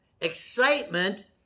excitement